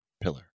pillar